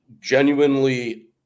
genuinely